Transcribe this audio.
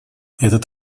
этот